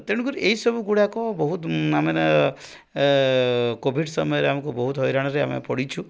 ତେଣୁକରି ଏଇସବୁ ଗୁଡ଼ାକ ବହୁତ ଆମେ କୋଭିଡ୍ ସମୟରେ ଆମକୁ ବହୁତ ହଇରାଣରେ ଆମେ ପଡ଼ିଛୁ